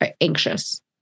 anxious